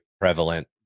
prevalent